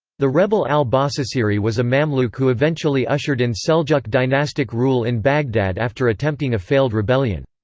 the rebel al-basasiri was a mamluk who eventually ushered in seljuq dynastic rule in baghdad after attempting a failed rebellion.